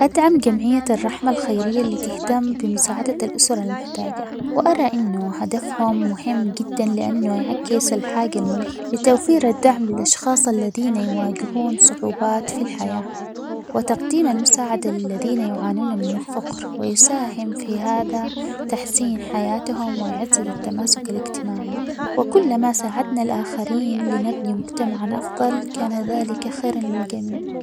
أدعم جمعية الرحمة الخيرية اللي تهتم بمساعدة الأسرة المحتاجة ،وأرى انه هدفهم مهم جدًا ؛لإنه يعكس الحاجة الملحة لتوفير الدعم للأشخاص الذين يواجهون صعوبات في الحياة ،وتقديم المساعدة للذين يعانون من الفقر ، ويساهم في هذا تحسين حياتهم، ويعزز التماسك الإجتماعي ،وكلما ساعدنا الآخرين لنبني مجتمعًا أفضل كان ذلك خيرًا للجميع.